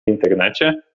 internecie